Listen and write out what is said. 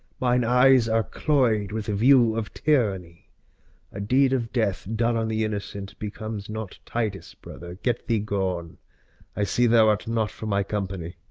mine eyes are cloy'd with view of tyranny a deed of death done on the innocent becomes not titus' brother. get thee gone i see thou art not for my company.